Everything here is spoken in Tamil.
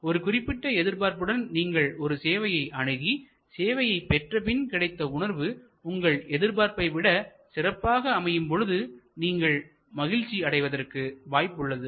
ஒரு குறிப்பிட்ட எதிர்பார்ப்புடன் நீங்கள் ஒரு சேவையை அணுகி சேவையைப் பெற்றபின் கிடைத்த உணர்வு உங்கள் எதிர்பார்ப்பை விட சிறப்பாக அமையும் பொழுது நீங்கள் மகிழ்ச்சி அடைவதற்கு வாய்ப்புள்ளது